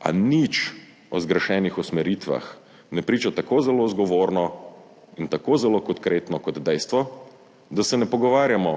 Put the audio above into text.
a nič o zgrešenih usmeritvah ne priča tako zelo zgovorno in tako zelo konkretno kot dejstvo, da se ne pogovarjamo